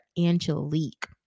Angelique